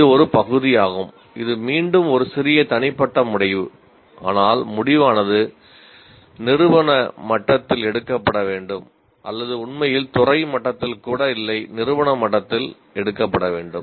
இது ஒரு பகுதியாகும் இது மீண்டும் ஒரு சிறிய தனிப்பட்ட முடிவு ஆனால் முடிவானது நிறுவன மட்டத்தில் எடுக்கப்பட வேண்டும் அல்லது உண்மையில் துறை மட்டத்தில் கூட இல்லை நிறுவன மட்டத்தில் எடுக்கப்பட வேண்டும்